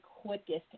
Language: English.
quickest